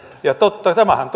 ja tämähän